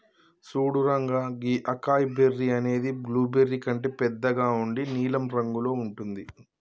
సూడు రంగా గీ acai berry అనేది బ్లూబెర్రీ కంటే బెద్దగా ఉండి నీలం రంగులో ఉంటుంది